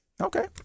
Okay